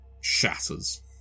shatters